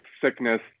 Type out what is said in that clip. sickness